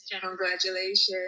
congratulations